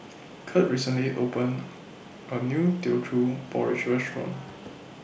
Curt recently opened A New Teochew Porridge Restaurant